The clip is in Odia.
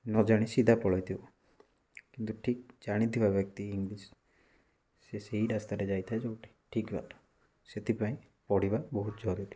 ନ ଜାଣି ସିଧା ପଳେଇଥିବ କିନ୍ତୁ ଠିକ୍ ଜାଣିଥିବା ବ୍ୟକ୍ତି ଇଂଲିଶ ସେ ସେଇ ରାସ୍ତାରେ ଯାଇଥାଏ ଯେଉଁଠି ଠିକ୍ ବାଟ ସେଥିପାଇଁ ପଢ଼ିବା ବହୁତ ଜରୁରୀ